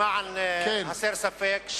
למען הסר ספק,